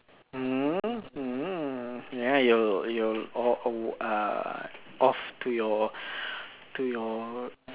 mm mm ya you're you're o~ o~ ah off to your to your